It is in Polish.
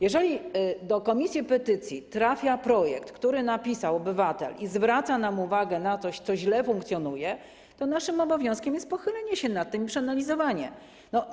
Jeżeli do komisji petycji trafia projekt, który napisał obywatel, który zwraca nam uwagę na coś, co źle funkcjonuje, to naszym obowiązkiem jest pochylenie się nad tym i przeanalizowanie tego.